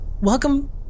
Welcome